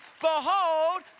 Behold